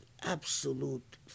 absolute